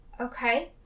Okay